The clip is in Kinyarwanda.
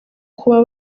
kuba